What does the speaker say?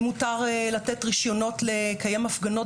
אם מותר לתת רישיונות לקיים הפגנות